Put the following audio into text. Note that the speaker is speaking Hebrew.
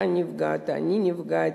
אתה נפגעת, אני נפגעתי.